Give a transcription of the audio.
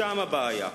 שם הבעיה.